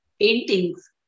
paintings